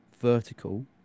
vertical